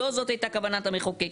לא זאת הייתה כוונת המחוקק.